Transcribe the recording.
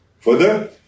Further